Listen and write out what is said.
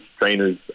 trainers